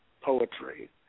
poetry